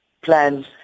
plans